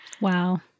wow